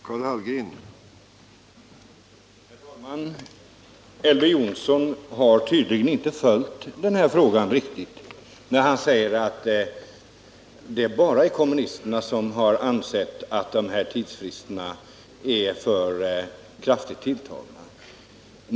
Herr talman! Elver Jonsson har tydligen inte följt med i den här frågan riktigt. Han säger att det bara är kommunisterna som har ansett att tidsfristerna är för kraftigt tilltagna.